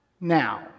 now